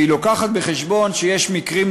והיא מביאה בחשבון שיש מקרים,